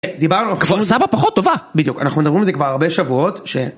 דיברנו על, כפר סבא פחות טובה, בדיוק, אנחנו מדברים על זה כבר הרבה שבועות ש..